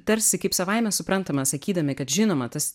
tarsi kaip savaime suprantamą sakydami kad žinoma tas